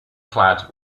clad